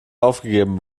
aufgegeben